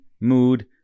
mood